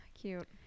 Cute